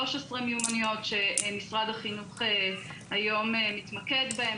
13 מיומנויות שמשרד החינוך היום מתמקד בהם,